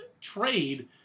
trade